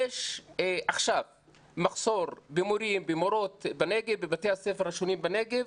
יש עכשיו מחסור במורים ובמורות בבתי הספר השונים בנגב.